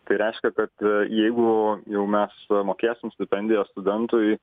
tai reiškia kad jeigu jau mes mokėsim stipendiją studentui